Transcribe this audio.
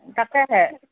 তাকেহে